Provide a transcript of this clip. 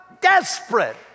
desperate